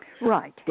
Right